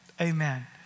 Amen